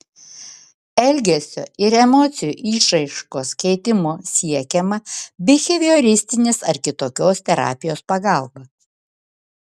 elgesio ir emocijų išraiškos keitimo siekiama bihevioristinės ar kitokios terapijos pagalba